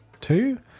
two